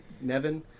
Nevin